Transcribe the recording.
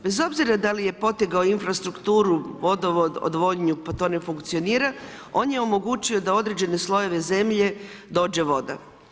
Bez obzira da li je potegao infrastrukturu, vodovod, odvodnju, pa to ne funkcionira, on je omogućio da određene slojeve zemlje dođe voda.